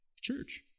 Church